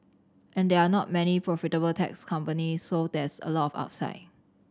and there are not many profitable tech companies so there's a lot of upside